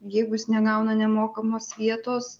jeigu jis negauna nemokamos vietos